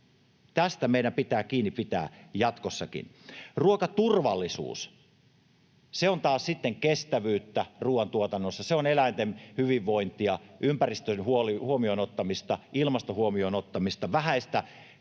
Tästä meidän pitää kiinni pitää jatkossakin. Ruokaturvallisuus, se on taas sitten kestävyyttä ruuantuotannossa, se on eläinten hyvinvointia, ympäristön huomioon ottamista, ilmaston huomioon ottamista, vähäistä